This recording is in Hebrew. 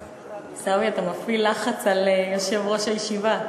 עיסאווי, אתה מפעיל לחץ על יושב-ראש הישיבה.